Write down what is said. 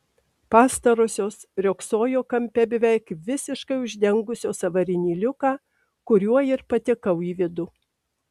pastarosios riogsojo kampe beveik visiškai uždengusios avarinį liuką kuriuo ir patekau į vidų